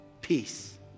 peace